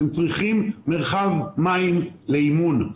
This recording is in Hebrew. הם צריכים מרחב מים לאימון.